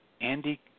Andy